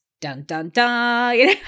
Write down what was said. dun-dun-dun